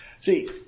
See